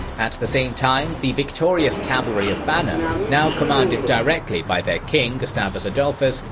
at the same time, the victorious cavalry of baner, now commanded directly by their king gustavus adolphus,